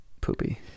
Poopy